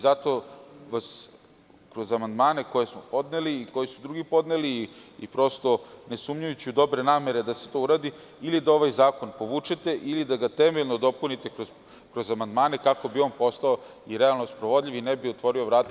Zato kroz amandmane koje smo podneli, koje su i drugi podneli, ne sumnjajući u dobre namere da se to uradi, ili da ovaj zakon povučete ili da ga temeljno dopunite kroz amandmane, kako bi on postao i realno sprovodljiv i ne bi otvorio vrata za silne zloupotrebe.